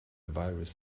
virus